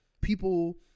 People